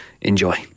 Enjoy